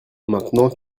maintenant